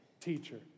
teacher